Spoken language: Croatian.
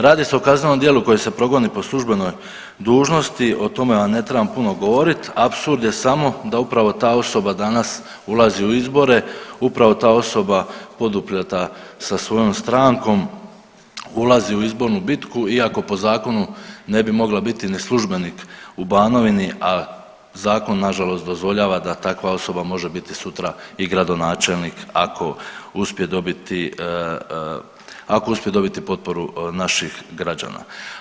Radi se o kaznenom djelu koje se progoni po službenoj dužnosti, o tome vam ne trebam puno govorit, apsurd je samo da upravo ta osoba danas ulazi u izbore, upravo ta osoba poduprta sa svojom strankom ulazi u izbornu bitku, iako po zakonu ne bi mogla biti ni službenik u Banovini, a zakon nažalost dozvoljava da takva osoba može biti sutra i gradonačelnik ako uspije dobiti potporu naših građana.